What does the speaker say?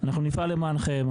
אנחנו נפעל למענכם.